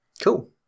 Cool